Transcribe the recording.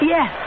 Yes